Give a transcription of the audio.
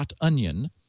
.onion